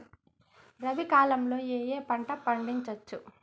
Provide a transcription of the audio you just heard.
రబీ కాలంలో ఏ ఏ పంట పండించచ్చు?